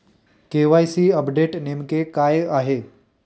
KYC update नेमके काय आहे?